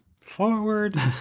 forward